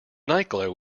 nightglow